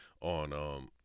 on